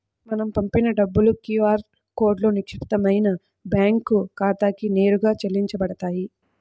మనం పంపిన డబ్బులు క్యూ ఆర్ కోడ్లో నిక్షిప్తమైన బ్యేంకు ఖాతాకి నేరుగా చెల్లించబడతాయి